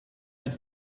had